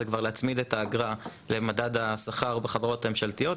זה כבר להצמיד את האגרה למדד השכר בחברות הממשלתיות.